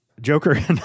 Joker